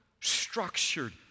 structured